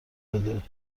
بده